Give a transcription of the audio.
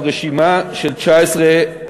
4084,